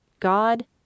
God